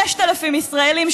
5,000 ישראלים,